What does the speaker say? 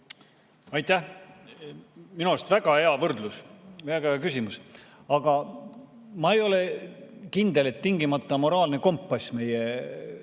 Aitäh! Minu arust väga hea võrdlus, väga hea küsimus, aga ma ei ole kindel, et tingimata moraalne kompass meie kolleegidel